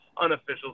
unofficial